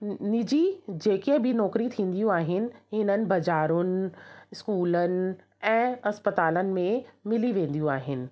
निजी जेके बि नौकिरियूं थींदियूं आहिनि हिननि बज़ारुनि स्कूलनि ऐं अस्पतालनि में मिली वेंदियूं आहिनि